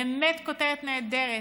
באמת הכותרת נהדרת,